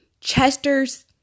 Chester's